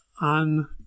on